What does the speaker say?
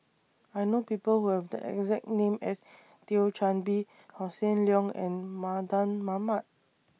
I know People Who Have The exact name as Thio Chan Bee Hossan Leong and Mardan Mamat